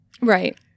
Right